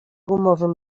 gumowym